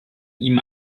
ihm